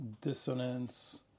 dissonance